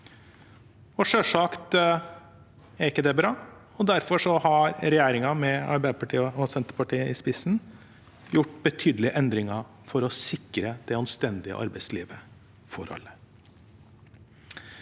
Selvsagt er ikke det bra, og derfor har regjeringen, med Arbeiderpartiet og Senterpartiet i spissen, gjort betydelige endringer for å sikre et anstendig arbeidsliv for alle.